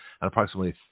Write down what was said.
approximately